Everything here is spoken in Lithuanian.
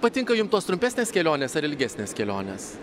patinka jum tos trumpesnės kelionės ar ilgesnės kelionės